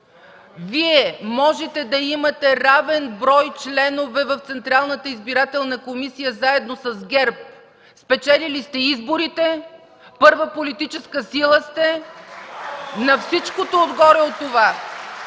Вие можете да имате равен брой членове в Централната избирателна комисия заедно с ГЕРБ? Спечелили сте изборите, първа политическа сила сте? (Ръкопляскания и